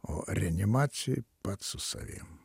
o reanimacijoj pats su savim